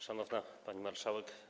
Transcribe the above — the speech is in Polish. Szanowna Pani Marszałek!